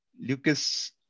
Lucas